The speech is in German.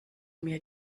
mir